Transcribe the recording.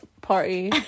party